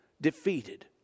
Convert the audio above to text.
defeated